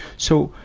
so,